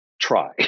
try